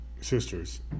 Sisters